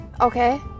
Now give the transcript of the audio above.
Okay